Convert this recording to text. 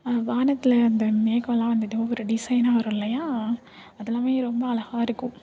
வானத்தில் அந்த மேகம்லாம் வந்துட்டு ஒரு டிசைன்னாக வரும் இல்லையா அதெல்லாமே ரொம்ப அழகாக இருக்கும்